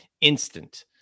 instant